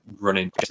running